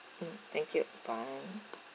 thank you bye